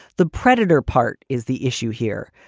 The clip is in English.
the predator part is the issue here,